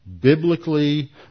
Biblically